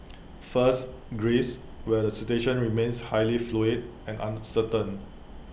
first Greece where the situation remains highly fluid and uncertain